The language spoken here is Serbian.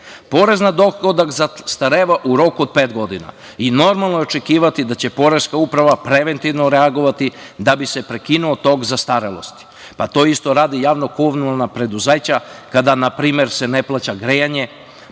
na dohodak zastareva u roku od pet godina i normalno je očekivati da će Poreska uprava preventivno reagovati da bi se prekinuo tok zastarelost. To isto rade i javno-komunalna preduzeća kada na primer se ne plaća grejanje,